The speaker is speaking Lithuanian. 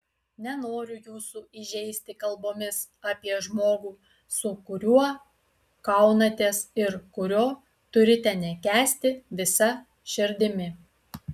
nenoriu jūsų įžeisti kalbomis apie žmogų su kuriuo kaunatės ir kurio turite nekęsti visa širdimi